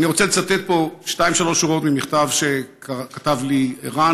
אני רוצה לצטט פה שתיים-שלוש שורות ממכתב שכתב לי ערן,